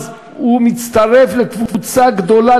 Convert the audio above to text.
אז הוא מצטרף לקבוצה גדולה,